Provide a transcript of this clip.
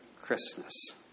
Christmas